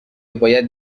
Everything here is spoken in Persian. باید